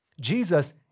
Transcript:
Jesus